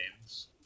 Games